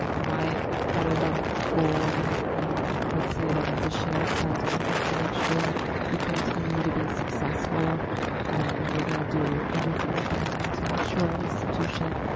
my number one goal, and i would say that that's a shared sentiment, is to make sure you continue to be successful and we're gonna do everything we can to make sure our institution